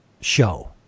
show